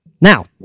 Now